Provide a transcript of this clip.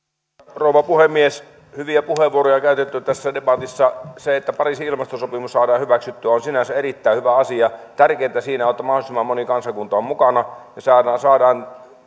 rouva puhemies hyviä puheenvuoroja on käytetty tässä debatissa se että pariisin ilmastosopimus saadaan hyväksyttyä on sinänsä erittäin hyvä asia tärkeintä siinä on että mahdollisimman moni kansakunta on mukana ja saadaan